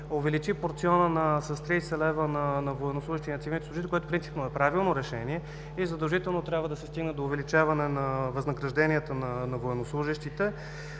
увеличи порционът с 30 лв. на военнослужещи и цивилните служители, което принципно е правилно решение, и задължително трябва да се стигне до увеличаване на възнагражденията на военнослужещите,